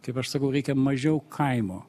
kaip aš sakau reikia mažiau kaimo